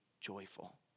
joyful